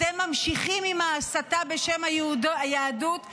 אתם ממשיכים עם ההסתה בשם היהדות,